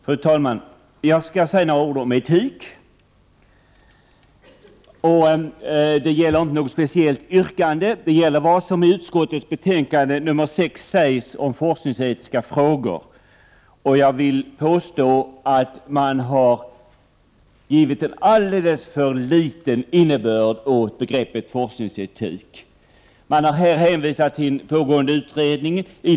Fru talman! Jag skall säga några ord om etik. Det gäller inte något speciellt yrkande utan vad som i utskottets betänkande nr 6 sägs om forskningsetiska frågor. Jag vill påstå att man har givit en alltför begränsad innebörd åt begreppet forskningsetik. Man har hänvisat till pågående utredning.